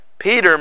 Peter